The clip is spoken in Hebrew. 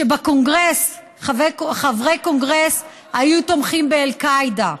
שבקונגרס חברי קונגרס היו תומכים באל-קאעידה,